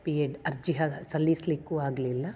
B Ed ಅರ್ಜಿ ಹ ಸಲ್ಲಿಸಲ್ಲಿಕ್ಕೂ ಆಗಲಿಲ್ಲ